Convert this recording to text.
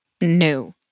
No